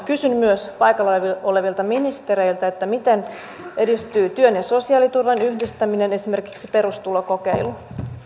kysyn myös paikalla olevilta ministereiltä miten edistyy työn ja sosiaaliturvan yhdistäminen esimerkiksi perustulokokeilu